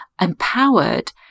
empowered